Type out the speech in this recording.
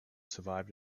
survived